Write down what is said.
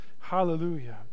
Hallelujah